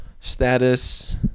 status